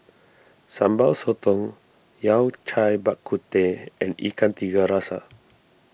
Sambal Sotong Yao Cai Bak Kut Teh and Ikan Tiga Rasa